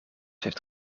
heeft